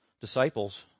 disciples